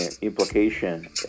implication